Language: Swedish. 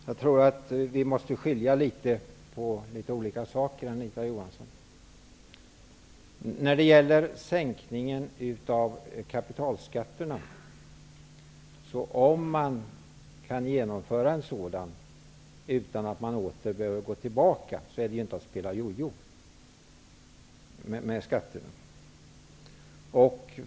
Herr talman! Vi måste skilja på olika saker, Anita Om man kan genomföra en sänkning av kapitalskatterna utan att man behöver gå tillbaka, är ju inte detta som att spela jojo med skatterna.